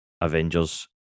Avengers